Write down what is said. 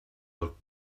look